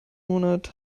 monat